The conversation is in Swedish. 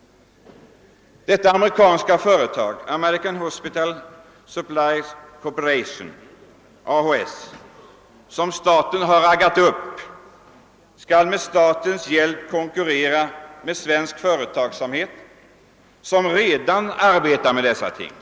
Detta amerikanska företag, American Hospital Supply Corporation , som staten har raggat upp, skall med statens hjälp konkurrera med svensk företagsamhet, som redan arbetar med dessa ting.